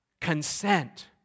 consent